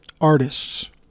artists